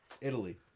Italy